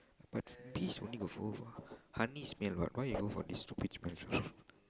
but bees only got for for honey smell what why you go for this stupid smell